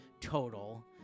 total